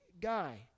guy